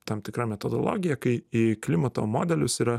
tam tikra metodologija kai į klimato modelius yra